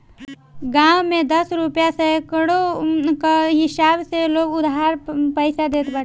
गांव में दस रुपिया सैकड़ा कअ हिसाब से लोग उधार पईसा देत बाटे